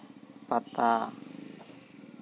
ᱯᱟᱛᱟ